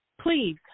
please